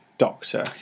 doctor